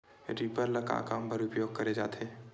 Reaper ल का काम बर उपयोग करे जाथे?